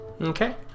Okay